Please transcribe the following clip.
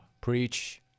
Preach